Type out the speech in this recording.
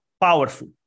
powerful